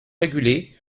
régulé